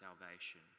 salvation